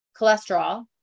cholesterol